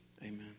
Amen